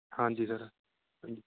ਹਾਂਜੀ ਸਰ ਹਾਂਜੀ